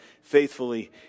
faithfully